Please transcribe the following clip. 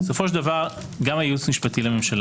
בסופו של דבר גם הייעוץ המשפטי לממשלה